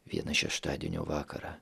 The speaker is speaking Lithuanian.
vieną šeštadienio vakarą